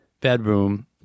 bedroom